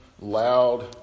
loud